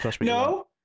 No